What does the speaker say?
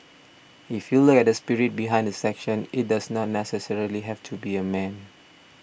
if you look at the spirit behind the section it does not necessarily have to be a man